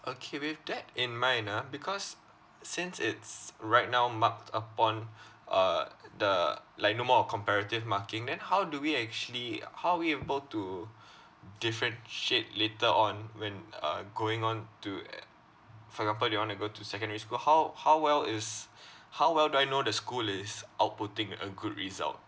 okay with that in mind ah because since it's right now marked upon uh the like no more a comparative marking then how do we actually how are we able to differentiate later on when uh going on to uh for example they want to go to secondary school how how well is how well do I know the school is outputting a good result